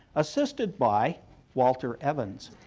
assisted by walker evans.